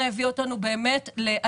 חשיפה